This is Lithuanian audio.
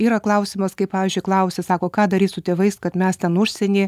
yra klausimas kai pavyzdžiui klausia sako ką daryt su tėvais kad mes ten užsieny